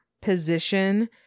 position